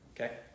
okay